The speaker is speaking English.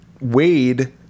wade